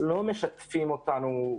לא משתפים אותנו.